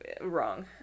wrong